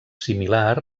similar